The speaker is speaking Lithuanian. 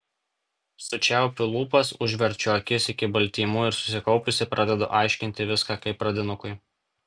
sučiaupiu lūpas užverčiu akis iki baltymų ir susikaupusi pradedu aiškinti viską kaip pradinukui